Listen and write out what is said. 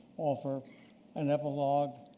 offer an epilogue,